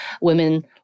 women